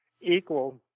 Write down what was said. equal